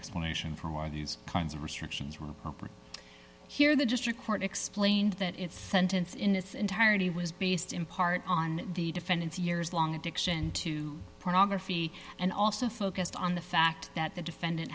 explanation for why these kinds of restrictions were appropriate here the district court explained that its sentence in its entirety was based in part on the defendant's years long addiction to pornography and also focused on the fact that the defendant